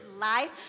life